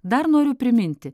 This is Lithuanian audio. dar noriu priminti